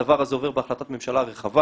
הדבר הזה עובר בהחלטת ממשלה רחבה,